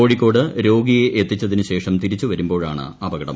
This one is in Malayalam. കോഴിക്കോട് രോഗിയെ എത്തിച്ചതിന് ശേഷം തിരിച്ച് വരുമ്പോഴാണ് അപകടം